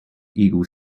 eagle